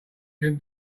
can